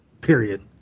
period